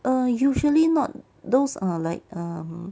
err usually not those err like um